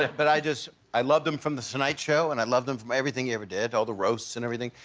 but i just i loved him from the tonight show and i loved him from everything he ever did all the roasts and everything.